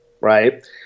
right